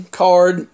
card